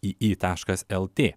ii taškas lt